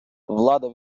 влада